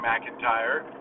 McIntyre